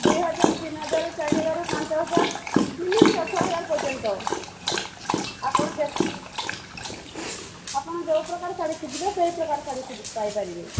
ଦୁଇ ହଜାର ତିନି ହଜାର ଚାରି ହଜାର ପାଞ୍ଚ ହଜାର ମିନିମମ୍ ଦଶ ହଜାର ପର୍ଯ୍ୟନ୍ତ ଆପଣ ଆପଣ ଯେଉଁ ପ୍ରକାର ଶାଢ଼ୀ ଖୋଜିବେ ସେଇ ପ୍ରକାର ଶାଢ଼ୀ ପାଇପାରିବେ